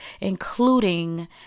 including